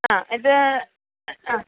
ആ ഇത് ആ